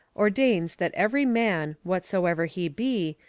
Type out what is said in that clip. ordains that every man, whatsoever he be,